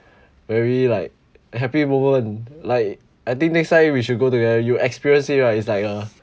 very like happy moment like I think next time we should go together you experience it right it's like a